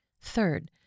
Third